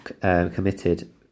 Committed